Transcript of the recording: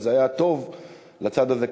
וזה היה טוב לצד הזה,